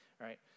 right